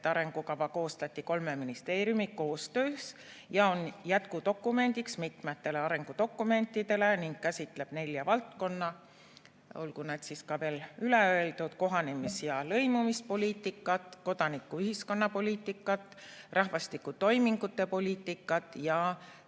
et arengukava koostati kolme ministeeriumi koostöös, on jätkudokumendiks mitmetele arengudokumentidele ning käsitleb nelja valdkonda. Olgu nad siis ka veel üle öeldud: kohanemis‑ ja lõimumispoliitika, kodanikuühiskonna poliitika, rahvastiku toimingute poliitika ja